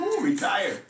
Retire